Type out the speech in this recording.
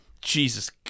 Jesus